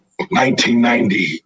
1990